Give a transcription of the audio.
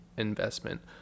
investment